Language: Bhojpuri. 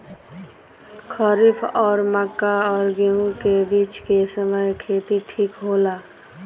खरीफ और मक्का और गेंहू के बीच के समय खेती ठीक होला?